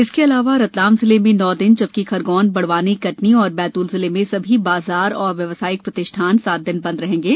इसके अलावा रतलाम जिले में नौ दिन जबकि खरगोन बड़वानी कटनी और बैत्ल में सभी बाजार और व्यावसायिक प्रतिष्ठान सात दिन बंद रहेंगे